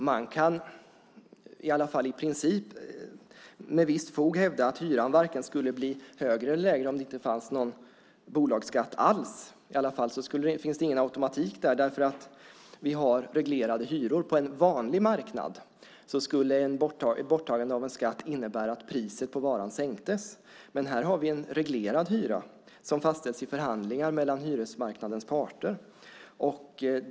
Man kan i varje fall i princip med ett visst fog hävda att hyran varken skulle bli högre eller lägre om det inte fanns någon bolagsskatt alls. I varje fall finns det ingen automatik där. Vi har reglerade hyror. På en vanlig marknad skulle borttagande av en skatt innebära att priset på varan sänktes. Här har vi en reglerad hyra som fastställs i förhandlingar mellan marknadens parter.